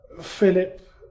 Philip